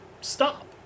stop